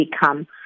become